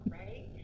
right